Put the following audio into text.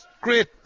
great